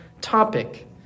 Topic